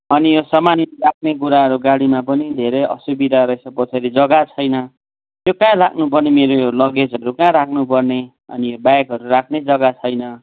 अनि यो सामान राख्ने कुराहरू गाडीमा पनि धेरै असुविधा रहेछ त फेरी जग्गा छैन यो कहाँ राख्नुपर्ने हो मेरो यो लगेजहरू कहाँ राख्नुपर्ने अनि ब्यागहरू राख्ने जग्गा छैन